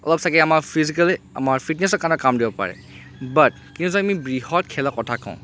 অলপ চাগে আমাৰ ফিজিকেলী আমাৰ ফিটনেছৰ কাৰণে কাম দিব পাৰে বাট কিন্তু আমি যদি বৃহৎ খেলৰ কথা কওঁ